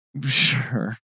sure